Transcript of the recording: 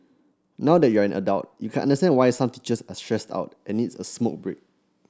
now that you're an adult you can understand why some teachers are stressed out and needs a smoke break